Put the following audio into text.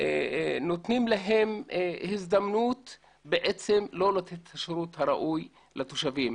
נותנים להם הזדמנות לא לתת את השירות הראוי לתושבים.